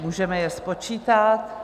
Můžeme je spočítat.